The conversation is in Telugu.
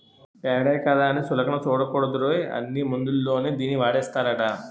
పేడే కదా అని సులకన సూడకూడదురోయ్, అన్ని మందుల్లోని దీన్నీ వాడేస్తారట